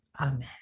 amen